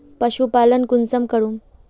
पशुपालन कुंसम करूम?